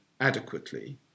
adequately